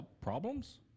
Problems